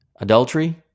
Adultery